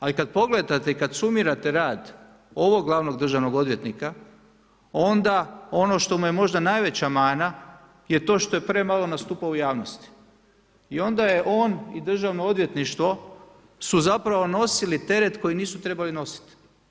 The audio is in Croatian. Ali kad pogledate i kad sumirate rad ovog glavnog državnog odvjetnika, onda ono što mu je možda najveća mana je to što je premalo nastupao u javnosti i onda je on i državno odvjetništvo, su zapravo nosili teret koji nisu trebali nositi.